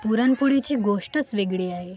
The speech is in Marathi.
पुरणपोळीची गोष्टच वेगळी आहे